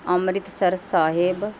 Amritsar Sahib